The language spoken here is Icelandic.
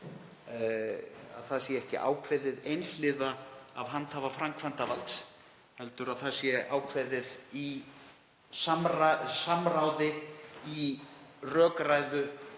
að það sé ekki ákveðið einhliða af handhafa framkvæmdarvalds heldur að það sé ákveðið í samráði, í rökræðu